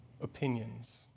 opinions